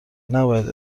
نباید